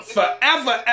Forever